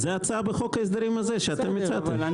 זה ההצעה בחוק ההסדרים הזה שאתם הצעתם.